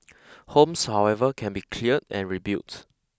homes however can be cleared and rebuilt